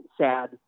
sad